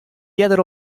earder